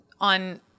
On